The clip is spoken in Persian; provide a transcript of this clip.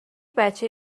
بچه